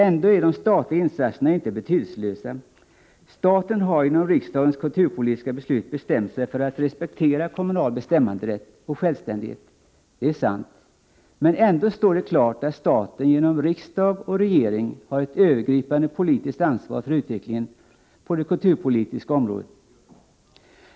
Ändå är de statliga insatserna inte betydelselösa. Staten har genom riksdagens kulturpolitiska beslut bestämt sig för att respektera kommunal bestämmanderätt och självständighet. Det är sant. Men ändå står det klart att staten genom riksdag och regering har ett övergripande politiskt ansvar för utvecklingen på det kulturpolitiska området.